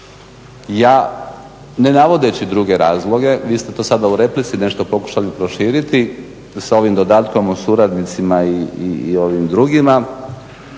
Ja ne navodeći druge razloge, vi ste to sada u replici nešto pokušali proširiti sa ovim dodatkom o suradnicima i ovim drugima.